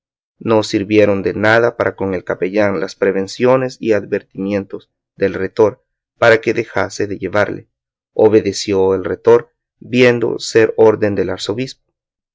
no sirvieron de nada para con el capellán las prevenciones y advertimientos del retor para que dejase de llevarle obedeció el retor viendo ser orden del arzobispo